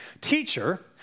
teacher